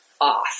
off